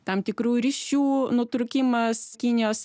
tam tikrųjų ryšių nutrūkimas kinijos